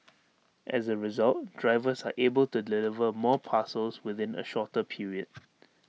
as A result drivers are able to deliver more parcels within A shorter period